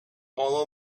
all